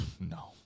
No